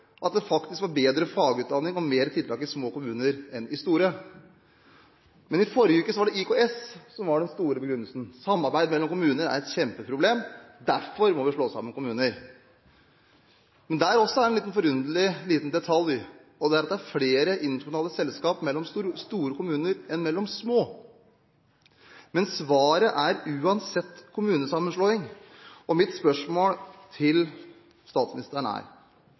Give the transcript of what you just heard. at det faktisk var bedre fagutdanning og mer tiltak i små kommuner enn i store. I forrige uke var det IKS som var den store begrunnelsen: Samarbeid mellom kommuner er et kjempeproblem, derfor må vi slå sammen kommuner. Men der er det også en forunderlig liten detalj, og det er at det er flere internasjonale selskap mellom store kommuner enn mellom små. Svaret er uansett kommunesammenslåing. Jeg har skjønt at svaret Høyre gir, uansett problem, er